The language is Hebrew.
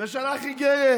ושלח איגרת,